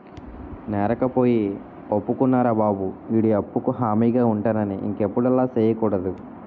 నేరకపోయి ఒప్పుకున్నారా బాబు ఈడి అప్పుకు హామీగా ఉంటానని ఇంకెప్పుడు అలా సెయ్యకూడదు